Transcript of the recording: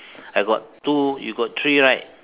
I got two you got three right